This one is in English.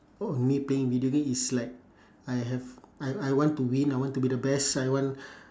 oh me playing video game it's like I have I I want to win I want to be the best I want